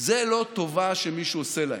זה לא טובה שמישהו עושה להם,